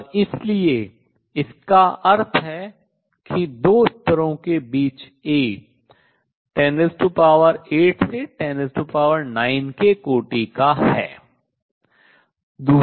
और इसलिए इसका अर्थ है कि दो स्तरों के बीच A 108 से 109 के कोटि का है